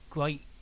Great